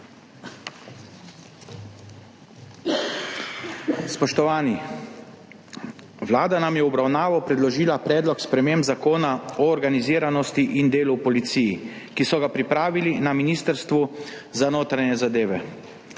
Spoštovani! Vlada nam je v obravnavo predložila predlog sprememb Zakona o organiziranosti in delu v policiji, ki so ga pripravili na Ministrstvu za notranje zadeve.